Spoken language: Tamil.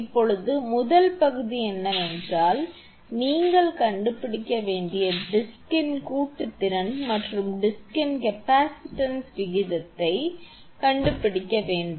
இப்போது முதல் பகுதி என்னவென்றால் நீங்கள் கண்டுபிடிக்க வேண்டிய டிஸ்கின் கூட்டுத் திறன் மற்றும் டிஸ்கின் கெப்பாசிட்டன்ஸ் விகிதத்தை நீங்கள் கண்டுபிடிக்க வேண்டும்